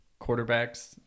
quarterbacks